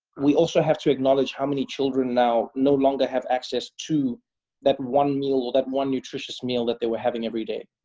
we also have to acknowledge how many children now no longer have access to that one meal or that one nutritious meal that they were having every day.